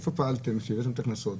איפה פעלתם שהבאתם את הקנסות?